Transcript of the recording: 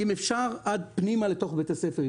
אם אפשר עד פנימה לתוך בית הספר,